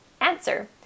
Answer